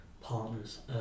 partners